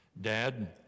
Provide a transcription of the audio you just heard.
Dad